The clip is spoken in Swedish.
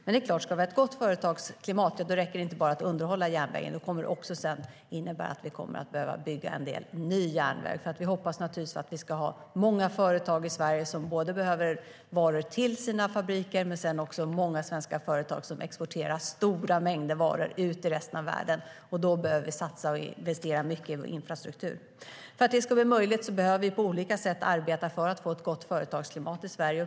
Med ett gott företagsklimat räcker det inte bara att underhålla järnvägen. Det innebär att en del ny järnväg behöver byggas. Vi hoppas naturligtvis att det ska finnas många företag i Sverige som behöver varor till sina fabriker och som exporterar stora mängder varor ut i resten av världen. Då behöver vi investera mycket i infrastruktur. För att detta ska bli möjligt behöver vi på olika sätt arbeta för ett gott företagsklimat i Sverige.